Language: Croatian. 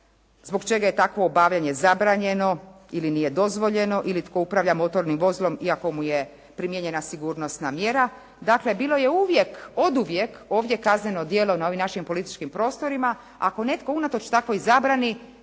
zbog čega je takvo obavljanje zabranjeno ili nije dozvoljeno, ili tko upravlja motornim vozilom iako mu je primijenjena sigurnosna mjera. Dakle, bilo je oduvijek ovdje kazneno djelo na ovim našim političkim prostorima. Ako netko unatoč takvoj zabrani